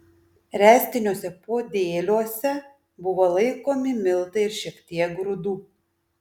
ręstiniuose podėliuose buvo laikomi miltai ir šiek tiek grūdų